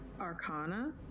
Arcana